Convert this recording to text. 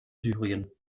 syrien